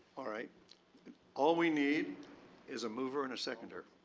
all right. all we need is a mover and a seconder.